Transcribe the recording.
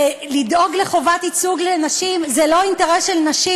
לדאוג לחובת ייצוג לנשים זה לא אינטרס של נשים,